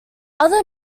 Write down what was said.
other